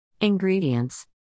Ingredients